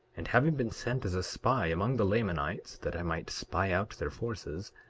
and having been sent as a spy among the lamanites that i might spy out their forces,